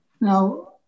Now